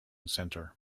centre